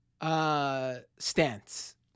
Stance